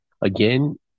Again